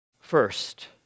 First